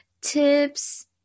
tips